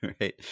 Right